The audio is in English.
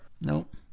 Nope